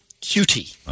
Cutie